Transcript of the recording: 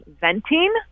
venting